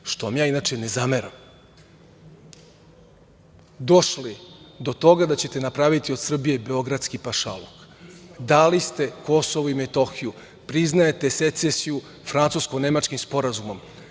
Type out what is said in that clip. što vam ja inače ne zameram, došli do toga da ćete napraviti od Srbije beogradski pašaluk? Dali ste Kosovo i Metohiju, priznajete secesiju francusko-nemačkim sporazumom,